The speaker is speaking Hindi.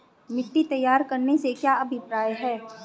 मिट्टी तैयार करने से क्या अभिप्राय है?